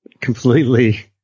completely